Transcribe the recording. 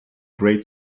great